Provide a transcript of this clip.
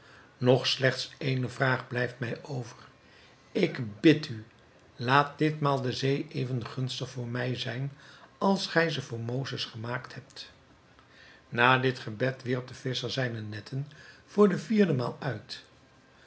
nog slechts ééne vraag blijft mij over ik bid u laat ditmaal de zee even gunstig voor mij zijn als gij ze voor mozes gemaakt hebt na dit gebed wierp de visscher zijne netten voor de vierde maal uit